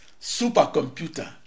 supercomputer